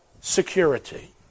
security